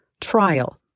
trial